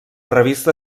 revista